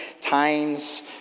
times